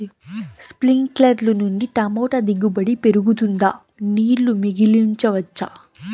స్ప్రింక్లర్లు నుండి టమోటా దిగుబడి పెరుగుతుందా? నీళ్లు మిగిలించవచ్చా?